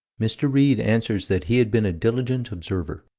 mr. read answers that he had been a diligent observer,